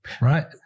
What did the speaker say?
right